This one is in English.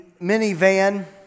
minivan